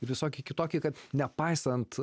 visokį kitokį kad nepaisant